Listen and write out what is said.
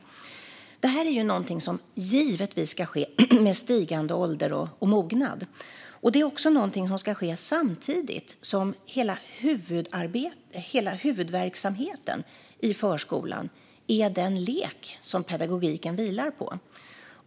Detta ska givetvis ske med stigande ålder och mognad. Det är också något som ska ske samtidigt som hela huvudverksamheten i förskolan är den lek som pedagogiken vilar på.